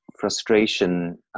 frustration